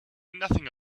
nothing